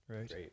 Right